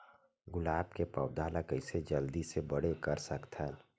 गुलाब के पौधा ल कइसे जल्दी से बड़े कर सकथन?